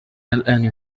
الآن